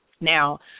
Now